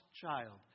child